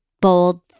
Bold